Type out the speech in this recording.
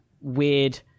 weird